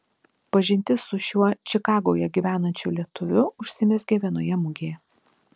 pažintis su šiuo čikagoje gyvenančiu lietuviu užsimezgė vienoje mugėje